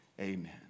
Amen